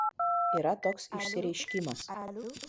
yra toks išsireiškimas